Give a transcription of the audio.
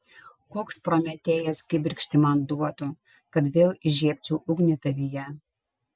koks prometėjas kibirkštį man duotų kad vėl įžiebčiau ugnį tavyje